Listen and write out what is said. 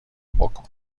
بکن